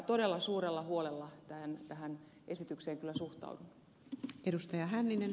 todella suurella huolella tähän esitykseen kyllä suhtaudun